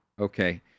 Okay